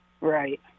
Right